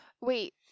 Wait